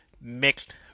mixed